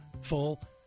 full